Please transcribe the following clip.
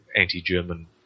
anti-German